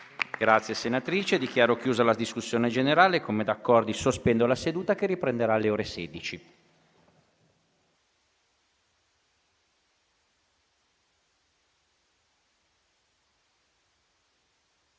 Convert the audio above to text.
finestra"). Dichiaro chiusa la discussione generale. Come da accordi, sospendo la seduta, che riprenderà alle ore 16. La